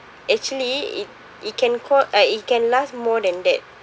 actually it it can call uh it can last more than that